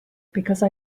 because